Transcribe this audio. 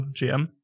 GM